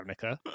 Ravnica